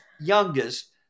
youngest